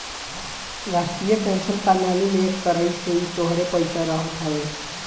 राष्ट्रीय पेंशन प्रणाली में एक तरही से इ तोहरे पईसा रहत हवे